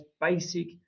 basic